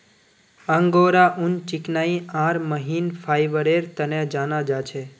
angora ऊन चिकनाई आर महीन फाइबरेर तने जाना जा छे